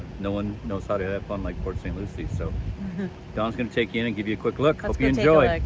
no one knows how to up on like port st. lucy. so don's gonna take you in and give you a quick look. hope you enjoy.